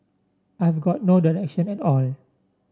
I've got no direction at all